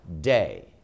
day